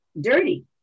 dirty